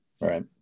Right